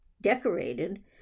decorated